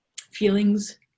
Feelings